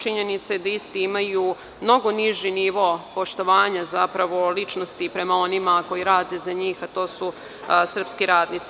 Činjenica je da isti imaju mnogo niži nivo poštovanja ličnosti prema onima koji rade za njih, a to su srpski radnici.